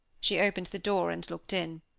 she opened the door and looked in.